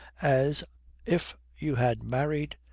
as if you had married